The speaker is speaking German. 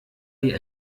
die